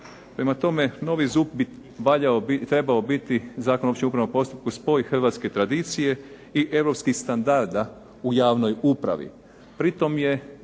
Prema tome, novi ZUP bi valjao biti, trebao biti, Zakon o općem upravnom postupku spoj hrvatske tradicije i europskih standarda u javnoj upravi.